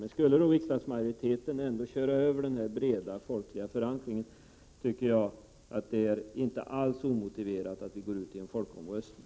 Men skulle riksdagsmajoriteten ändå köra över denna breda folkliga förankring, tycker jag att det inte alls är omotiverat att vi går ut i en folkomröstning.